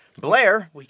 Blair